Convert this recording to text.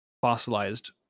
fossilized